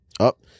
Up